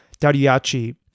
Dariachi